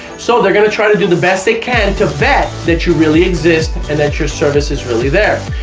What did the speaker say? so they're gonna try to do the best they can to vet that you really exist and that your service is really there,